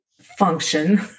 function